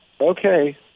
Okay